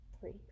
three